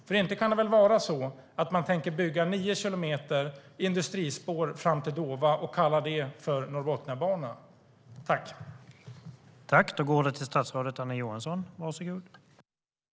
För inte kan det väl vara så att man tänker bygga 9 kilometer industrispår fram till Dåva och kalla det för Norrbotniabanan?